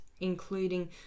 including